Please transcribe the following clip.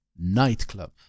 nightclub